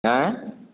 हँय